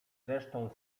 zresztą